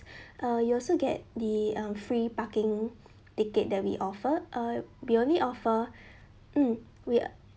uh you also get the um free parking ticket that we offer uh we only offer mm we